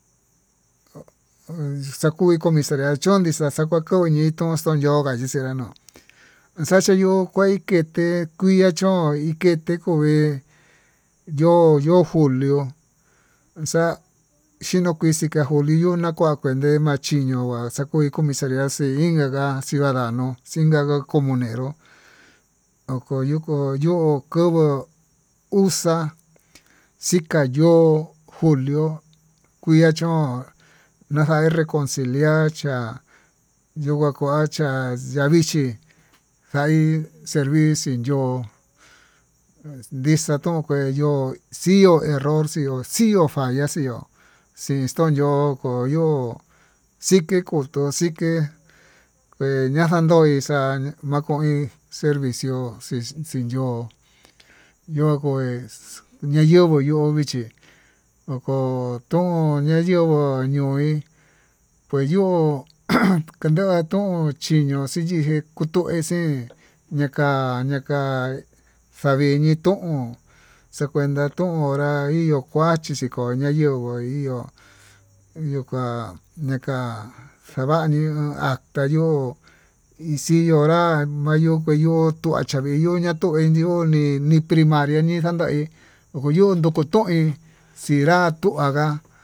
Ohi xakuí comisariachoin xakuí xakua kuu ya'a yitó xonyonga yuxeyanó, enxaxhe yuu kuá kuete kuii iha chón ité kuu vee yo'ó yo'ó julio, xa'a xinakui xa'a njuliyo na'a kuá kuente nachinguo há akuen comisariado xa'a inkata ha ciudadano ha xingua comuneró, okoyuko yo'ó kó uxa xika'a yo'ó julio kuia chón naxa'a enre consiliar chí ha yuu ngua kua'a cha vichi'í, kai servicio sin yo'ó ndixa ton kueyo xiu erorxio xio fayaxió xintoyo koyo'ó, xike koto xike kue naxandoí xa'a makoin servicio he xinyo'ó yo'ó kueí ñayenguo yo'ó vichí noko tón yo'ó ñoí, kue yo'ó kuenta tuu chí ño'o xi he kutuu exe'e ñaka ñaka xaiñi tón, xe cuenta tón hora ihó ko'o kuachi xiko nayenguoí iho iho ka'a, ñaka xavañii ata'a yo'ó xii hora mayo kueyo tua taviñuña atuu endió ni ni primaria nii xandaí uyo'ó noko toin xingua tuu hanga.